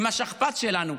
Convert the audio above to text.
הם השכפ"ץ שלנו.